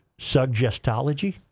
Suggestology